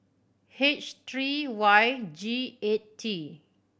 H three Y G eight T